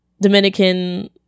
dominican